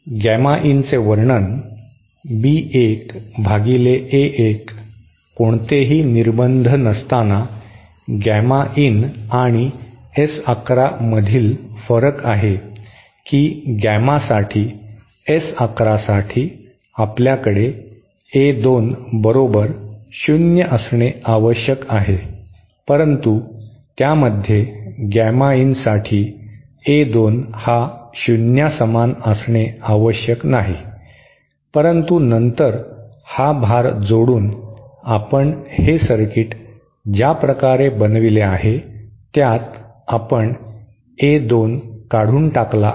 gamma in चे वर्णन B 1 भागिले A 1 कोणतेही निर्बंध नसताना गॅमा इन आणि S 1 1 मधील फरक आहे की गॅमा साठी S 1 1 साठी आपल्याकडे A2 बरोबर शून्य असणे आवश्यक आहे परंतु त्यामध्ये गॅमा इन साठी A 2 हा शून्या समान असणे आवश्यक नाही परंतु नंतर हा भार जोडून आपण हे सर्किट ज्या प्रकारे बनविले आहे त्यात आपण A 2 काढून टाकला आहे